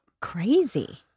Crazy